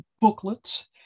booklets